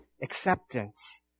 acceptance